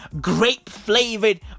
grape-flavored